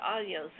audio